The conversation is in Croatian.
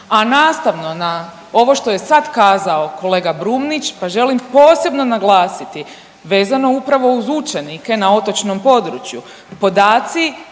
a nastavno na ovo što je sad kazao kolega Brumnić pa želim posebno naglasiti vezano upravo uz učenike na otočnom području podaci